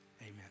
amen